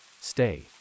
Stay